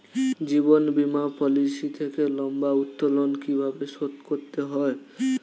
জীবন বীমা পলিসি থেকে লম্বা উত্তোলন কিভাবে শোধ করতে হয়?